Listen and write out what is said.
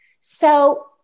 So-